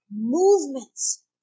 movements